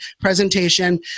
presentation